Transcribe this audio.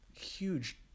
huge